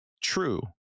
true